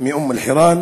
מאום-אלחיראן